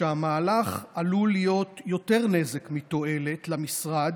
שהמהלך עלול להביא יותר נזק מתועלת למשרד,